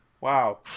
Wow